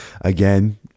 again